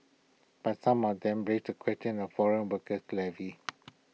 but some of them raise the question of foreign workers levies